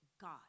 God